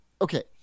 okay